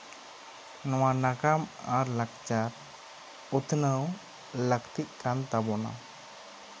ᱱᱚᱶᱟ ᱱᱟᱜᱟᱢ ᱟᱨ ᱞᱟᱠᱪᱟᱨ ᱩᱛᱱᱟᱹᱣ ᱞᱟᱹᱠᱛᱤᱜ ᱠᱟᱱ ᱛᱟᱵᱚᱱᱟ